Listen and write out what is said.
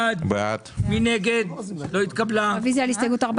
עאידה, עוסקים בהסתייגויות שלך.